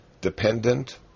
Dependent